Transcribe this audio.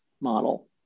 model